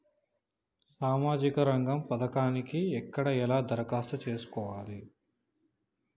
సామాజిక రంగం పథకానికి ఎక్కడ ఎలా దరఖాస్తు చేసుకోవాలి?